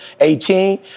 18